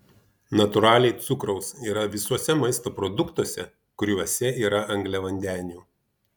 natūraliai cukraus yra visuose maisto produktuose kuriuose yra angliavandenių